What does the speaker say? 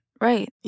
right